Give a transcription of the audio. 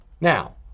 Now